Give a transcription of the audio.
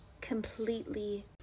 completely